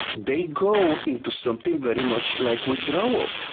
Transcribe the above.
they go into something very much like withdrawal.